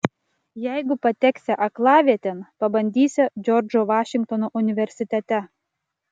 jeigu pateksią aklavietėn pabandysią džordžo vašingtono universitete